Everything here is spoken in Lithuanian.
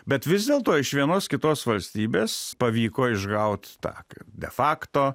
bet vis dėlto iš vienos kitos valstybės pavyko išgaut tą kad de fakto